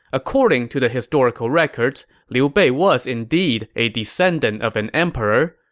according to the historical records, liu bei was indeed a descendant of an emperor,